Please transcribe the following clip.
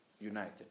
united